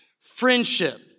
friendship